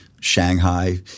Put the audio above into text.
Shanghai